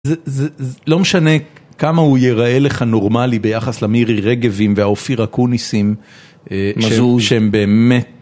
זה, זה, לא משנה כמה הוא ייראה לך נורמלי ביחס למירי רגבים והאופיר אקוניסים אה.. משהו שהם באמת...